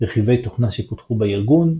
רכיבי תוכנה שפותחו בארגון,